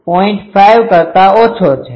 5 કરતા ઓછો છે